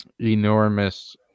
enormous